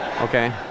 Okay